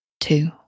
two